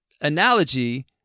analogy